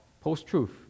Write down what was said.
post-truth